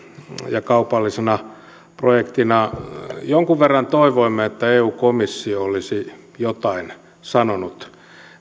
ja kaupallisena projektina jonkun verran toivoimme että eu komissio olisi jotain sanonut